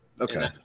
Okay